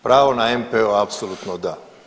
Pravo na MPO apsolutno da.